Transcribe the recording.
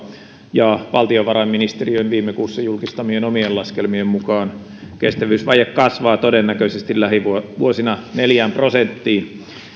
ja valtiovarainministeriön viime kuussa julkistamien omien laskelmien mukaan kestävyysvaje kasvaa todennäköisesti lähivuosina neljään prosenttiin